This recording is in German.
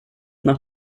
nach